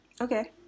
Okay